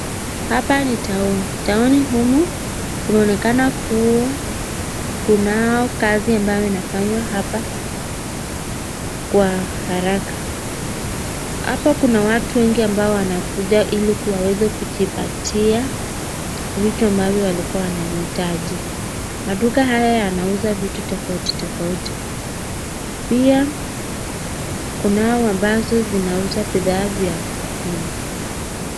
Hapa ni town , town . humu inaonekana kuwa kunayo kazi ambayo inafanywa hapa kwa haraka, hapa kuna watu wengi ambao wanakuja ili bwaweze kujipatia vitu ambavyo walikuwa wanavihitaji, maduka haya yanauza vitu tofauti tofauti, pia kunao ambazo zinauza bidhaa vya kukula.